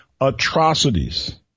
Atrocities